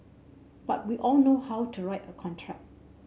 but we all know how to write a contract